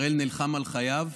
בראל נלחם על חייו,